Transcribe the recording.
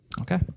Okay